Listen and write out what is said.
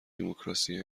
دموکراسی